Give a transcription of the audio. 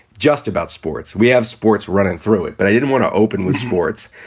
just about sports. we have sports running through it. but i didn't want to open with sports.